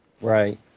Right